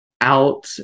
out